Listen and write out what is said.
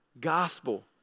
gospel